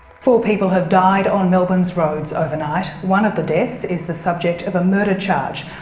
four people have died on melbourne's roads overnight. one of the deaths is the subject of a murder charge,